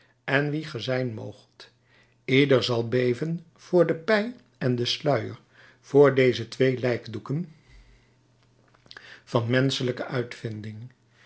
en wie ge zijn moogt ieder zal beven voor de pij en den sluier voor deze twee lijkdoeken van menschelijke uitvinding